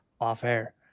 off-air